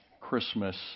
Christmas